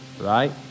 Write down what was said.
right